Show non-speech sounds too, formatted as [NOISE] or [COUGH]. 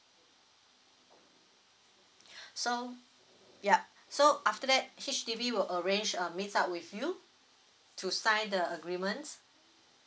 [BREATH] so yup so after that H_D_B will arrange a meet up with you to sign the agreement